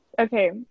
Okay